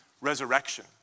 resurrection